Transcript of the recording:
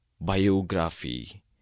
biography